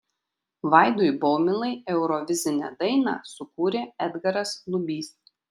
vaidui baumilai eurovizinę dainą sukūrė edgaras lubys